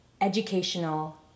educational